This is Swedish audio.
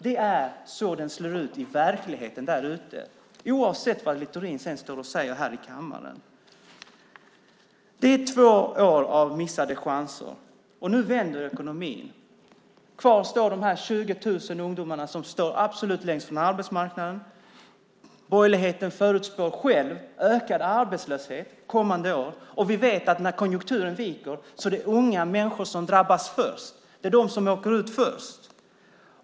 Det är så den ser ut i verkligheten, oavsett vad Littorin står och säger i kammaren. Det är två år av missade chanser. Nu vänder ekonomin. Kvar står de 20 000 ungdomar som är absolut längst från arbetsmarknaden. Borgerligheten förutspår själv ökad arbetslöshet kommande år. Vi vet att när konjunkturen viker är det unga människor som drabbas först. Det är de som åker ut först.